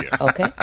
Okay